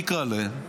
תקרא להם.